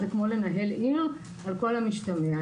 זה כמו לנהל עיר על כל המשתמע מכך.